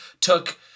took